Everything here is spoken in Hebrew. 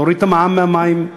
להוריד את המע"מ מהמים,